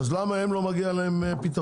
למה להם לא מגיע פתרון,